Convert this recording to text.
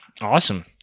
Awesome